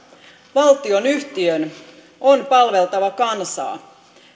valtionyhtiön on palveltava kansaa